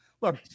Look